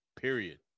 Period